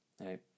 right